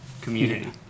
community